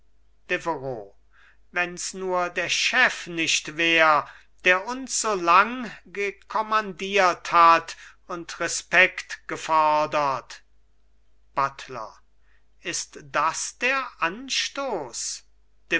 wenns nur der chef nicht wär der uns so lang gekommandiert hat und respekt gefodert buttler ist das der anstoß